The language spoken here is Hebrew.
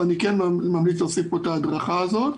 אני ממליץ להוסיף פה את ההדרכה הזאת.